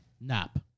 nap